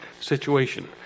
situation